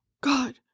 god